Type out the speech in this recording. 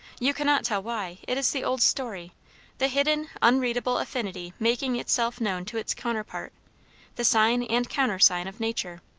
you cannot tell why it is the old story the hidden, unreadable affinity making itself known to its counterpart the sign and countersign of nature.